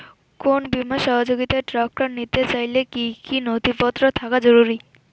কোন বিমার সহায়তায় ট্রাক্টর নিতে চাইলে কী কী নথিপত্র থাকা জরুরি?